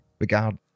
Regard